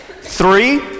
Three